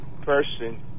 person